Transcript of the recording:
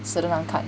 死得很难看